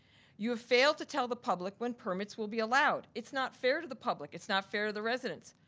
you have failed to tell the public when permits will be allowed. it's not fair to the public, it's not fair to the residents.